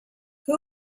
who